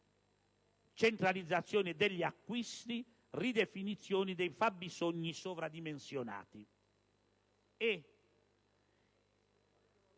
centralizzazione degli acquisti, ridefinizione dei fabbisogni sovradimensionati.